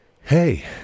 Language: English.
hey